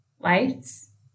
lights